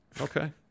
Okay